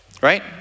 right